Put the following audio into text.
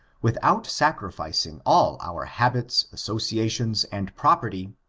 without sacrificing all our habits, associations, and property,